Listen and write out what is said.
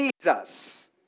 Jesus